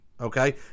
okay